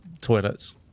toilets